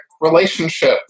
relationship